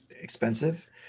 expensive